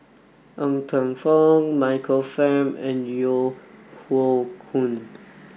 Ng Teng Fong Michael Fam and Yeo Hoe Koon